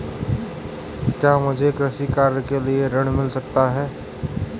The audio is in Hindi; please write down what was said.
क्या मुझे कृषि कार्य के लिए ऋण मिल सकता है?